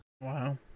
Wow